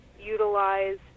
utilize